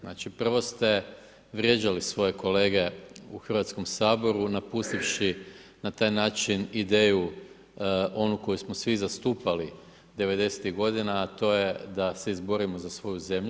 Znači, prvo ste vrijeđali svoje kolege u Hrvatskom saboru napustivši na taj način ideju onu koju smo svi zastupali 90-tih godina, a to je da se izborimo za svoju zemlju.